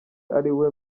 ariwe